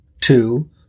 Two